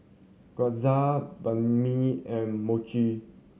Gyoza Banh Mi and Mochi